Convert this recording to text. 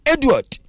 Edward